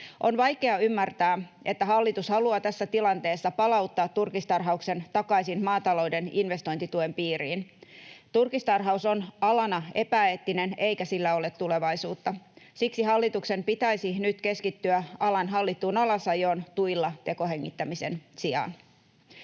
On vaikea ymmärtää, että hallitus haluaa tässä tilanteessa palauttaa turkistarhauksen takaisin maatalouden investointituen piiriin. Turkistarhaus on alana epäeettinen, eikä sillä ole tulevaisuutta. Siksi hallituksen pitäisi nyt keskittyä alan hallittuun alasajoon tuilla tekohengittämisen sijaan.